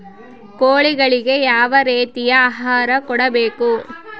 ಕೋಳಿಗಳಿಗೆ ಯಾವ ರೇತಿಯ ಆಹಾರ ಕೊಡಬೇಕು?